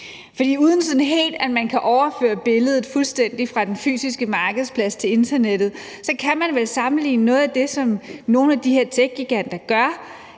at man sådan helt kan overføre billedet fuldstændig fra den fysiske markedsplads til internettet, kan man vel sammenligne det med noget af det, som nogle af de her techgiganter gør,